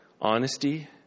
honesty